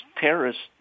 terrorists